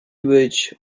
być